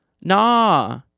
Nah